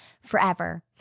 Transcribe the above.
forever